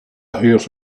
hears